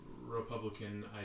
Republican